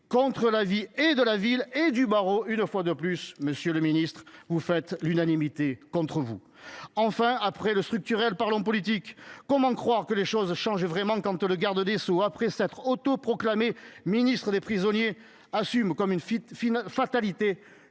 contre l'avis de la mairie et du barreau. Monsieur le garde des sceaux, de nouveau, vous faites l'unanimité contre vous ! Enfin, après le structurel, parlons politique. Comment croire que les choses changent vraiment quand le garde des sceaux, après s'être autoproclamé « ministre des prisonniers », assume comme une fatalité